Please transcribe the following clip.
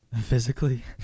physically